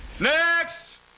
Next